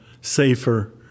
safer